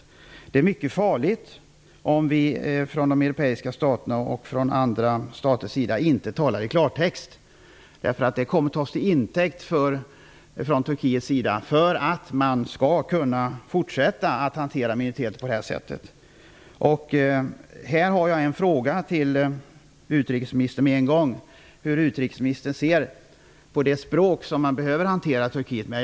Det är mycket farligt om vi från de europeiska staterna och från andra staters sida inte talar i klartext, därför att det kommer att tas till intäkt från Turkiets sida för att man skall kunna fortsätta att hantera minoriteter på detta sätt. Här har jag en fråga till utrikesministern: Hur ser utrikesministern på det språk som man behöver använda i kontakterna med Turkiet?